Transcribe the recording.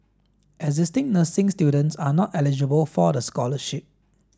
existing nursing students are not eligible for the scholarship